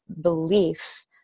belief